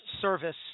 service